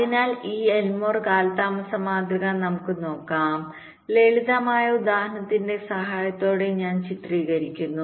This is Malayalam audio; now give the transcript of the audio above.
അതിനാൽ ഈ എൽമോർ കാലതാമസ മാതൃക നമുക്ക് നോക്കാം ലളിതമായ ഉദാഹരണത്തിന്റെ സഹായത്തോടെ ഞാൻ ചിത്രീകരിക്കുന്നു